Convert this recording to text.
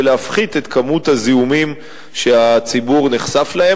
להפחית את כמות הזיהומים שהציבור נחשף להם,